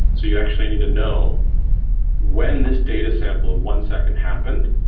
so you actually need to know when this data sample of one second happened,